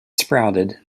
sprouted